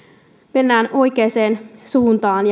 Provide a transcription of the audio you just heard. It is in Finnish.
mennään oikeaan suuntaan